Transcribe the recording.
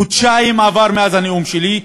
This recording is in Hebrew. חודשיים ושלושה ימים עברו מאז הנאום שלי,